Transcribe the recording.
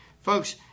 Folks